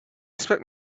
expect